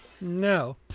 No